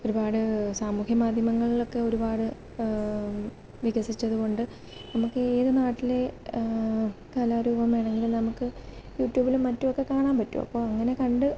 ഒരുപാട് സാമൂഹ്യ മാധ്യമങ്ങളൊക്കെ ഒരുപാട് വികസിച്ചതുകൊണ്ട് നമുക്കേതു നാട്ടിലെ കലാരൂപം വേണമെങ്കിലും നമുക്ക് യൂ റ്റൂബിലും മറ്റുമൊക്കെ കാണാന് പറ്റും അപ്പോള് അങ്ങനെ കണ്ട്